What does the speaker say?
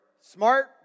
Smart